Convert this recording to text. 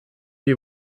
die